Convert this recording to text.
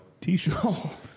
t-shirts